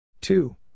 two